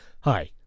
Hi